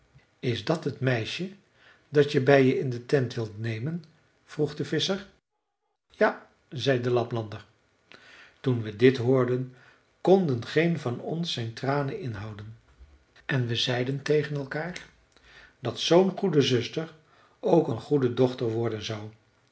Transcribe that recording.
is dat het meisje dat je bij je in de tent wilt nemen vroeg de visscher ja zei de laplander toen we dit hoorden konden geen van ons zijn tranen inhouden en we zeiden tegen elkaar dat zoo'n goede zuster ook een goede dochter worden zou